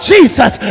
Jesus